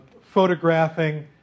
photographing